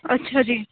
ਅੱਛਾ ਜੀ